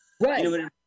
Right